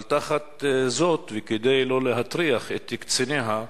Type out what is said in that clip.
אבל תחת זאת וכדי לא להטריח את קציניה,